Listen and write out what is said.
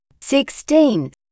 sixteen